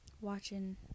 watching